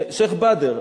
שיח'-באדר.